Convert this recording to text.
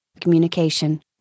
communication